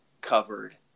covered